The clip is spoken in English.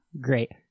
Great